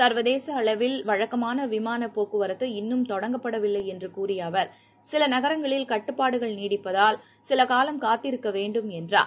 சர்வதேச அளவில் வழக்கமான விமான போக்குவரத்து இன்னும் தொடங்கவில்லை என்று குறிப்பிட்ட அவர் சில நகரங்களில் கட்டுப்பாடுகள் நீடிப்பதால் சில காலம் காத்திருக்க வேண்டும் என்றார்